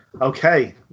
Okay